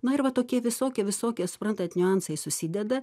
na ir va tokie visokie visokie suprantat niuansai susideda